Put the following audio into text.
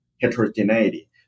heterogeneity